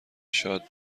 شاد